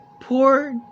Poor